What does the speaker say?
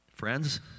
Friends